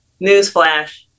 Newsflash